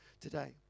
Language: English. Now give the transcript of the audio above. today